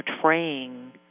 portraying